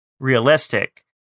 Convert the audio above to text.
realistic